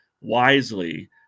wisely